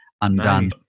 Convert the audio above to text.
undone